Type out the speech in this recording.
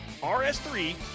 RS3